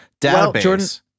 database